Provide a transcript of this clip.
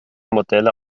modelle